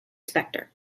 spector